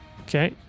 Okay